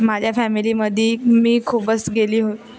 माझ्या फॅमिलीमध्ये मी खूपच गेली हो